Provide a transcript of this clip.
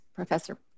Professor